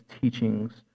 teachings